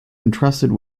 entrusted